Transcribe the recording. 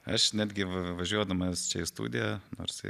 aš netgi važiuodamas čia į studiją nors ir